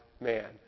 man